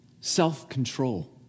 self-control